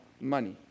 Money